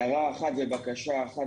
הערה אחת ובקשה אחת.